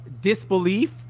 disbelief